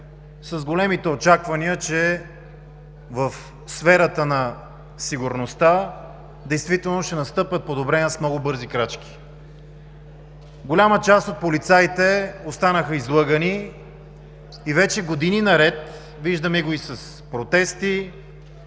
с големите очаквания, че в сферата на сигурността действително ще настъпят подобрения с много бързи крачки. Голяма част от полицаите останаха излъгани и вече години наред, виждаме го и с протести,